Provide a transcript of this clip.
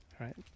right